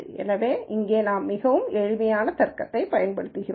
எனவே இங்கே நாம் மிகவும் எளிமையான தர்க்கத்தைப் பயன்படுத்துகிறோம்